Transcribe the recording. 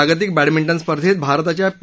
जागतिक बॅडमिंटन स्पर्धेत भारताच्या पी